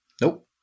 Nope